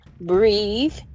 breathe